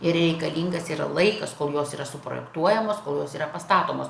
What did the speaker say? ir reikalingas yra laikas kol jos yra suprojektuojamos kol jos yra pastatomos